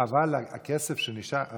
אבל בכסף שנשאר לו,